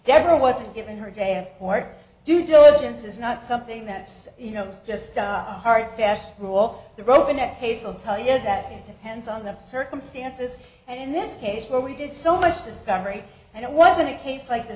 deborah was given her day in court do diligence is not something that's you know just die hard fast rule all the rope in that case i'll tell you that it depends on the circumstances and in this case where we did so much discovery and it wasn't a case like th